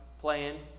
playing